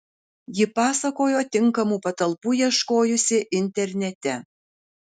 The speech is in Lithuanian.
ji pasakojo tinkamų patalpų ieškojusi internete